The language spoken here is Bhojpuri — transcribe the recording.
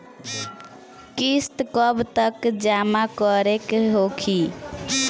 किस्त कब तक जमा करें के होखी?